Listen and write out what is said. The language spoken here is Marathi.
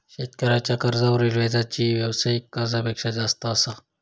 शेतकऱ्यांच्या कर्जावरील व्याजही व्यावसायिक कर्जापेक्षा जास्त असा